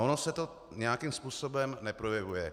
Ono se to nějakým způsobem neprojevuje.